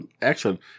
Excellent